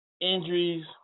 injuries